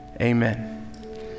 Amen